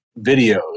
videos